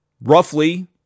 Roughly